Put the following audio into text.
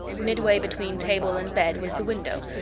midway between table and bed was the window,